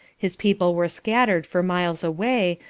his people were scattered for miles away,